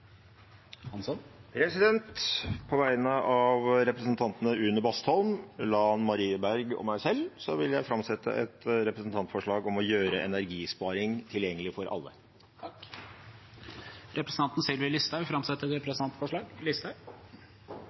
På vegne av representantene Une Bastholm, Lan Marie Nguyen Berg og meg selv vil jeg framsette et representantforslag om å gjøre energisparing tilgjengelig for alle. Representanten Sylvi Listhaug vil framsette et representantforslag.